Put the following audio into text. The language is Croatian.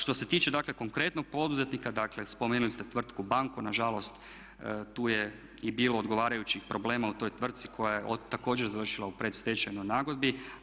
Što se tiče dakle konkretnog poduzetnika, dakle spomenuli ste tvrtku BANKO nažalost tu je i bilo odgovarajućih problema u toj tvrtci koja je također završila u predstečajnoj nagodbi.